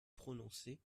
prononcer